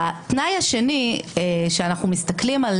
התנאי השני, כשאנחנו מסתכלים על